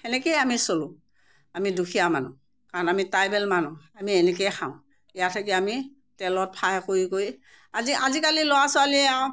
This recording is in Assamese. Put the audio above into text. সেনেকেই আমি চলোঁ আমি দুখীয়া মানুহ কাৰণ আমি ট্ৰাইবেল মানুহ আমি এনেকেই খাওঁ ইয়াত থাকি আমি তেলত ফ্ৰাই কৰি কৰি আজি আজিকালি ল'ৰা ছোৱালিয়ে আৰু